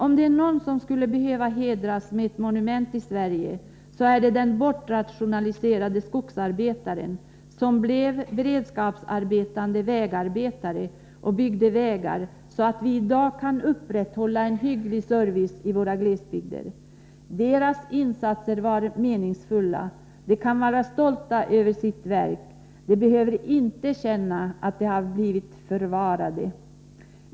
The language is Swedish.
Om det är någon som skulle behöva hedras med ett monument i Sverige, så är det den bortrationaliserade skogsarbetaren. Han och många med honom blev beredskapsarbetande vägarbetare och byggde vägar, så att vi i dag kan upprätthålla en hygglig service i våra glesbygder. Deras insatser var meningsfulla. De kan vara stolta över sitt verk. De behöver inte känna att de varit ”förvarade”.